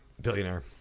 Billionaire